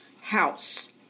House